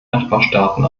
nachbarstaaten